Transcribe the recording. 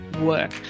work